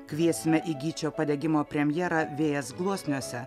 kviesime į gyčio padegimo premjerą vėjas gluosniuose